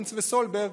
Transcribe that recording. מינץ וסולברג,